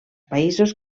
països